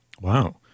Wow